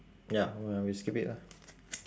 ya w~ we skip it lah